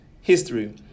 history